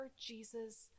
Jesus